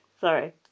Sorry